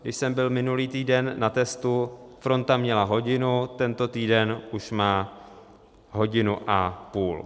Když jsem byl minulý týden na testu, fronta měla hodinu, tento týden už má hodinu a půl.